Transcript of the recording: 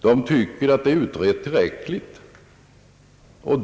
Den tycker att frågan är tillräckligt utredd.